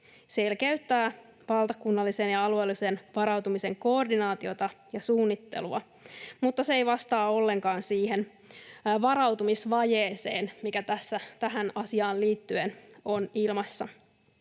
selkeyttää valtakunnallisen ja alueellisen varautumisen koordinaatiota ja suunnittelua, mutta se ei vastaa ollenkaan siihen varautumisvajeeseen, mikä tässä tähän asiaan liittyen on ilmassa.